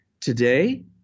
Today